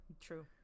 True